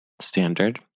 Standard